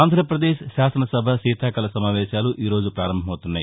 ఆంధ్రప్రదేశ్ శాసనసభ శీతాకాల సమావేశాలు ఈ రోజు ప్రారంభమవుతున్నాయి